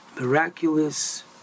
miraculous